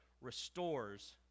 restores